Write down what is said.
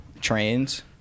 trains